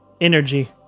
energy